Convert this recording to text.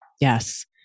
Yes